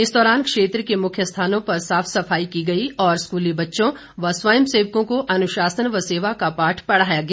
इस दौरान क्षेत्र के मुख्य स्थानों पर साफ सफाई की गई और स्कूली बच्चों व स्वयं सेवकों को अनुशासन तथा सेवा का पाठ पढ़ाया गया